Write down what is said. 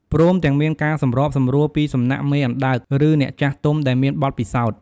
ព្រមទាំងមានការសម្របសម្រួលពីសំណាក់មេអណ្តើក ឬអ្នកចាស់ទុំដែលមានបទពិសោធន៍។